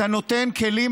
אתה נותן כלים,